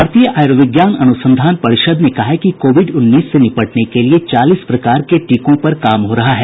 भारतीय आयुर्विज्ञान अनुसंधान परिषद ने कहा है कि कोविड उन्नीस से निपटने के लिए चालीस प्रकार के टीकों पर काम हो रहा है